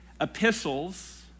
epistles